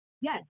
yes